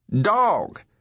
Dog